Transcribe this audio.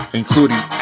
including